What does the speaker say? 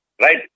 right